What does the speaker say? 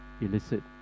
illicit